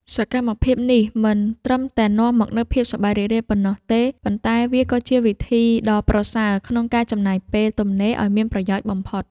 សកម្មភាពនេះមិនត្រឹមតែនាំមកនូវភាពសប្បាយរីករាយប៉ុណ្ណោះទេ ប៉ុន្តែវាក៏ជាវិធីដ៏ប្រសើរក្នុងការចំណាយពេលទំនេរឱ្យមានប្រយោជន៍បំផុត។